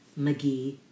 McGee